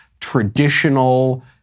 traditional